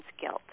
guilt